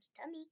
tummy